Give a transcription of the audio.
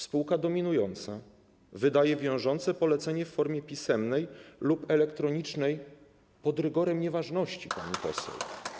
Spółka dominująca wydaje wiążące polecenie w formie pisemnej lub elektronicznej pod rygorem nieważności, pani poseł.